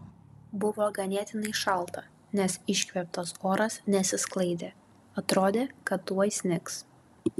buvo ganėtinai šalta nes iškvėptas oras nesisklaidė atrodė kad tuoj snigs